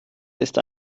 ist